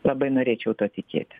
labai norėčiau tuo tikėti